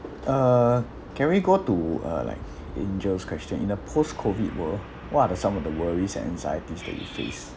uh can we go to uh like angels question in a post COVID world what are the some of the worries and anxieties that you face